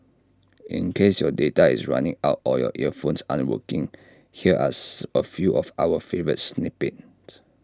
in case your data is running out or your earphones aren't working here are A few of our favourite snippets